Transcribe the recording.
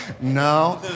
No